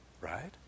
right